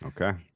okay